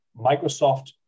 Microsoft